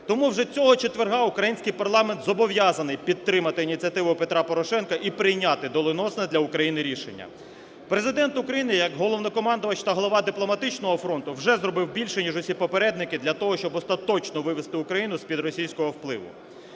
Тому вже цього четверга український парламент зобов'язаний підтримати ініціативу Петра Порошенка і прийняти доленосне для України рішення. Президент України як Головнокомандувач та голова дипломатичного фронту вже зробив більше, ніж усі попередники для того, щоб остаточно вивести Україну з-під російського впливу.